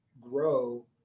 grow